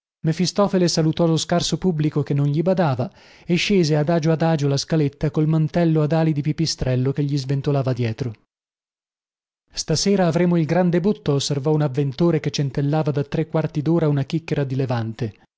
mefistofele salutò lo scarso pubblico che non gli badava e scese adagio adagio la scaletta col mantelletto ad ali di pipistrello che gli sventolava dietro stasera avremo il gran debutto osservò un avventore che centellava da tre quarti dora una chicchera di levante